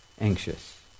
anxious